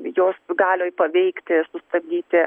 jos galioj paveikti sustabdyti